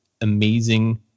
amazing